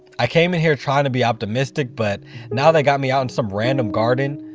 i came in here trying to be optimistic, but now they got me out in some random garden.